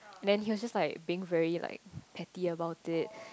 then he was just like being very like petty about it